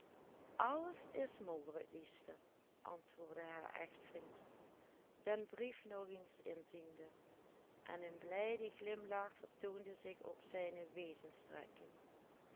den brief nog eens inziende en een blijde glimlach vertoonde zich op zijne wezenstrekken